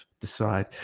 decide